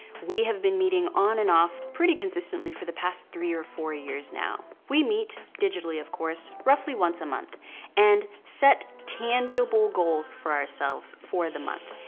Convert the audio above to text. we have been meeting on and off pretty consistently for the past three or four years now. we meet, digitally of course, roughly once a month and set tangible goals for ourselves for the month.